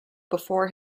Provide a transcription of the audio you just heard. before